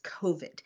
COVID